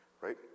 Right